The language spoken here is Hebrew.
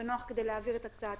בנוח כדי להעביר את הצעת החוק הזאת.